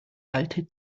alte